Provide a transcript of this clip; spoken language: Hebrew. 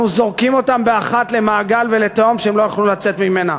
אנחנו זורקים אותם באחת למעגל ולתהום שהם לא יוכלו לצאת ממנה.